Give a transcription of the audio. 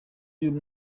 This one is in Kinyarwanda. y’uyu